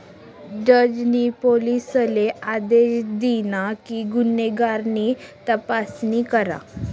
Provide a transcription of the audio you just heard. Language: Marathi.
जज नी पोलिसले आदेश दिना कि गुन्हेगार नी तपासणी करा